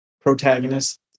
protagonist